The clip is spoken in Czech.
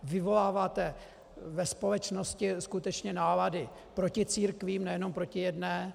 Vyvoláváte ve společnosti skutečně nálady proti církvím, nejenom proti jedné.